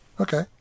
Okay